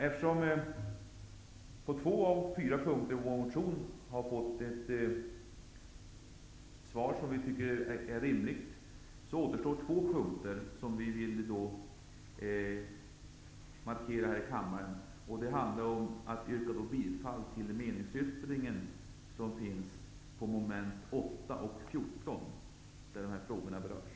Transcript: Eftersom vi på två av fyra punkter i vår motion har fått ett svar som är rimligt, återstår två punkter som vi vill markera här i kammaren. Jag yrkar bifall till meningsyttringen rörande mom. 8 och 14, där dessa frågor berörs.